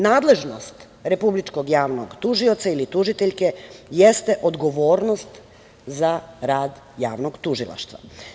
Nadležnost republičkog javnog tužioca ili tužiteljke jeste odgovornost za rad javnog tužilaštva.